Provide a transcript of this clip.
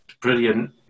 Brilliant